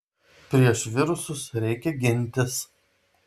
prieš virusus reikia gintis